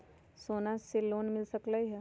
सोना से लोन मिल सकलई ह?